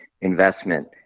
investment